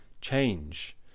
change